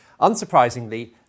Unsurprisingly